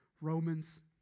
Romans